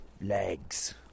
legs